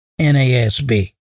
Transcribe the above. NASB